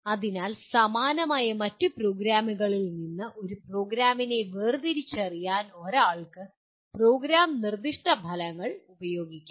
അതിനാൽ സമാനമായ മറ്റ് പ്രോഗ്രാമുകളിൽ നിന്ന് ഒരു പ്രോഗ്രാമിനെ വേർതിരിച്ചറിയാൻ ഒരാൾക്ക് പ്രോഗ്രാം നിർദ്ദിഷ്ട ഫലങ്ങൾ ഉപയോഗിക്കാം